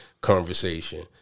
conversation